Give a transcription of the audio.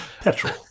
petrol